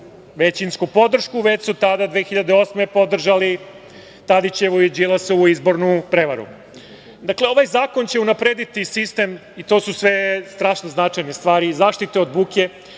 većinsku podršku, već su tada 2008. godine podržali Tadićevu i Đilasovu izbornu prevaru. Dakle, ovaj zakon će unaprediti sistem, i to su sve strašno značajne stvari za zaštitu od buke,